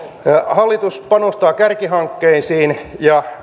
hallitus panostaa kärkihankkeisiin ja